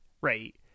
right